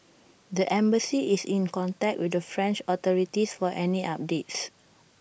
the embassy is in contact with the French authorities for any updates